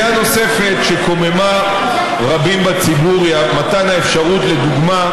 1965. בפועל, היקף האכיפה והפיקוח של משרד העבודה,